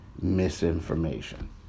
misinformation